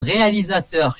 réalisateur